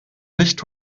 nicht